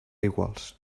iguals